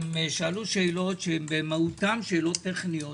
שאלו שאלות שבמהותן טכניות,